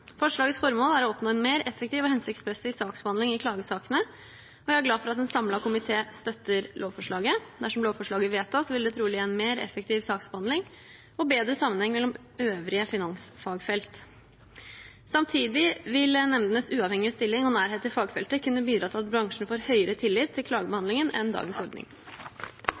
Forslagets formål er å oppnå en mer effektiv og hensiktsmessig saksbehandling i klagesakene, og jeg er glad for at en samlet komité støtter lovforslaget. Dersom lovforslaget vedtas, vil det trolig gi en mer effektiv saksbehandling og bedre sammenheng med øvrige finansfagfelt. Samtidig vil nemndens uavhengige stilling og nærhet til fagfeltet kunne bidra til at bransjen får høyere tillit til klagebehandlingen enn ved dagens ordning.